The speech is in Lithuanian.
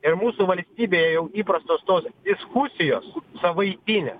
ir mūsų valstybėje jau įprastos tos diskusijos savaitinės